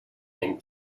ein